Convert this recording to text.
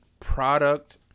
product